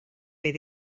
beth